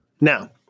Now